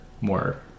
more